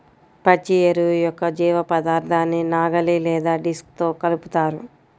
పచ్చి ఎరువు యొక్క జీవపదార్థాన్ని నాగలి లేదా డిస్క్తో కలుపుతారు